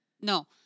No